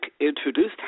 introduced